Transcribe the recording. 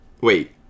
Wait